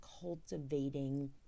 cultivating